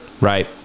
Right